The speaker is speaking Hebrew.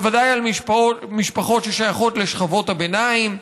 ודאי על משפחות ששייכות לשכבות הביניים,